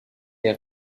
est